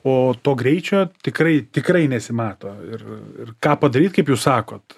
o to greičio tikrai tikrai nesimato ir ir ką padaryt kaip jūs sakot